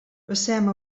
passem